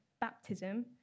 baptism